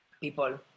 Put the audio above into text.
people